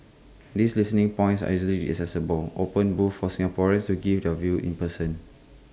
these listening points are easily accessible open both for Singaporeans to give their views in person